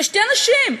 ושתי נשים,